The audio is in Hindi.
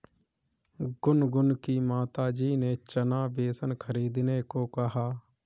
गुनगुन की माताजी ने चना बेसन खरीदने को कहा